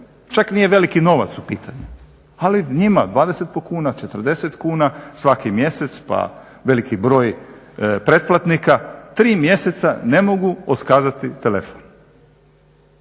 čak nije veliki novac u pitanju, ali njima po 20 kuna, 40 kuna svaki mjesec pa veliki broj pretplatnika, 3 mjeseca ne mogu otkazati telefon.